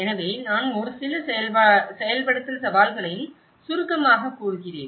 எனவே நான் ஒரு சில செயல்படுத்தல் சவால்களையும் சுருக்கமாகக் கூறுகிறேன்